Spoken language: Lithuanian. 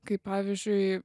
kaip pavyzdžiui